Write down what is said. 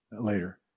later